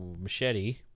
machete